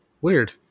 weird